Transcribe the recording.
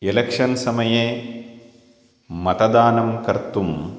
election समये मतदानं कर्तुं